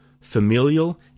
familial